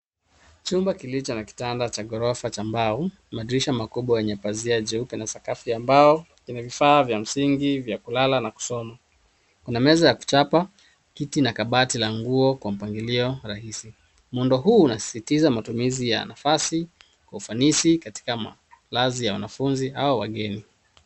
Chumba kilicho na kitanda cha ghorofa cha mbao. Madirisha makubwa yenye pazia jeupe na sakafu ya mbao. Ina vifaa vingi vya msingi vya kulala na kusoma. Kuna meza ya kuchapa, kiti na kabati la nguo kwa mapangilio rahisi. Muundo huu unasisitiza matumizi ya nafasi kwa ufanisi katika malazi ya wanafunzi au wageni.